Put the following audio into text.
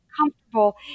comfortable